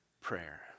prayer